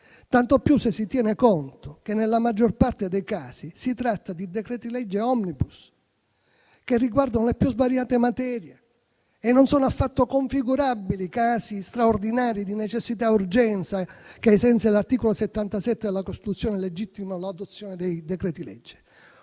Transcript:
tanto più se si tiene conto che nella maggior parte dei casi si tratta di decreti-legge *omnibus*, che riguardano le più svariate materie, e non sono affatto configurabili i casi straordinari di necessità e urgenza che, ai sensi dell'articolo 77 della Costruzione, legittimano l'adozione dei decreti-legge.